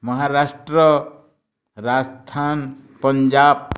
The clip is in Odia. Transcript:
ମହାରାଷ୍ଟ୍ର ରାଜସ୍ଥାନ ପଞ୍ଜାବ